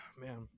Man